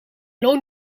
loon